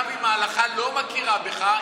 גם אם ההלכה לא מכירה בך,